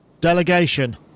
Delegation